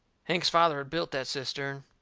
hank's father had built that cistern.